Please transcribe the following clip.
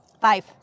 Five